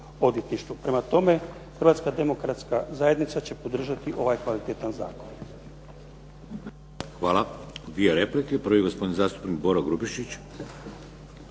odvjetništvu. Prema tome, Hrvatska demokratska zajednica će podržati ovaj kvalitetan zakon. **Šeks, Vladimir (HDZ)** Hvala. Dvije replike. Prvi je gospodin zastupnik Boro Grubišić.